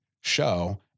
show